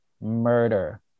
murder